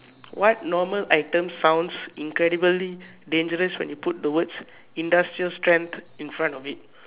what normal item sounds incredibly dangerous when you put the words industrial strength in front of it